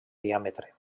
diàmetre